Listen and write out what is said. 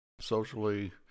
socially